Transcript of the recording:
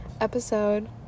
episode